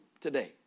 today